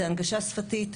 זה הנגשה שפתית.